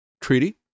Treaty